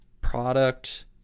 product